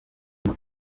moto